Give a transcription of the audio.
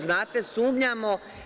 Znate, sumnjamo.